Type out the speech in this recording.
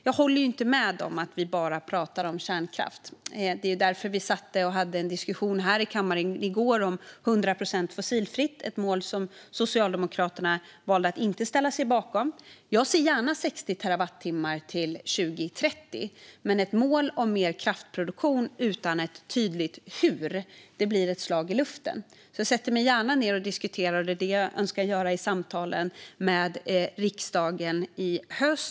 Jag håller inte med om att vi bara pratar om kärnkraft. I går var det en diskussion här i kammaren om 100 procent fossilfritt. Det är ett mål som Socialdemokraterna valde att inte ställa sig bakom. Jag ser gärna 60 terawattimmar till 2030. Men ett mål om mer kraftproduktion utan ett tydligt hur blir ett slag i luften. Jag sätter mig gärna ned och diskuterar. Det önskar jag göra med riksdagen i höst.